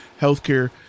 healthcare